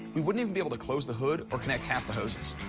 we wouldn't even be able to close the hood or connect half the hoses.